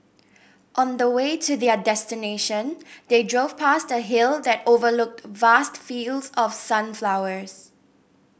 on the way to their destination they drove past a hill that overlooked vast fields of sunflowers